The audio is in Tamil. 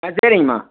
ஆ சரிங்கம்மா